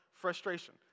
frustration